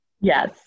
yes